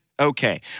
okay